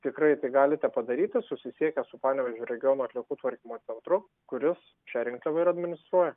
tikrai tai galite padaryti susisiekę su panevėžio regiono atliekų tvarkymo centru kuris šią rinkliavą ir administruoja